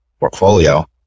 portfolio